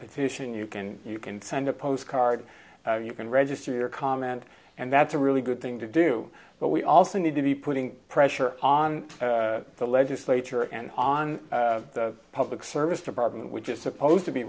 petition you can you can send a postcard you can register your comment and that's a really good thing to do but we also need to be putting pressure on the legislature and on the public service department which is supposed to be